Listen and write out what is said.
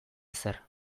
ezer